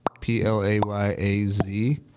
P-L-A-Y-A-Z